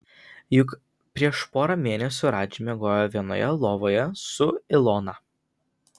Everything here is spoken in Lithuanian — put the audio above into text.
juk prieš porą mėnesių radži miegojo vienoje lovoje su ilona